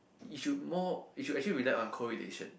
it should more it should actually rely on correlation